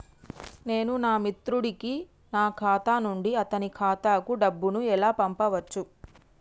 నేను నా మిత్రుడి కి నా ఖాతా నుండి అతని ఖాతా కు డబ్బు ను ఎలా పంపచ్చు?